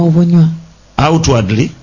Outwardly